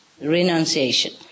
renunciation